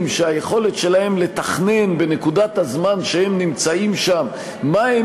שהיכולת שלהם לתכנן בנקודת הזמן שהם נמצאים בה מה הם